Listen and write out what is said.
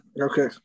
Okay